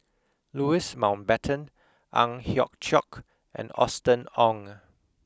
Louis Mountbatten Ang Hiong Chiok and Austen Ong